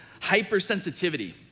Hypersensitivity